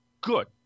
good